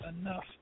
enough